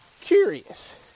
curious